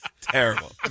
Terrible